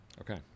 okay